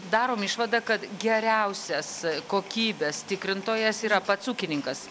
darom išvadą kad geriausias kokybės tikrintojas yra pats ūkininkas